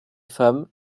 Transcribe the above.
femmes